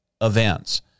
events